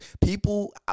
people